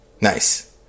Nice